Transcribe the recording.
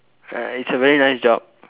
ah it's a very nice job